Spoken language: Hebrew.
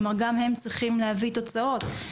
כלומר גם הם צריכים להביא תוצאות.